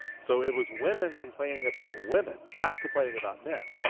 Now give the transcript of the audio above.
so it was women complaining about women, not complaining about men.